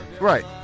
Right